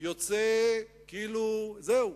יוצא כאילו זהו,